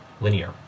Linear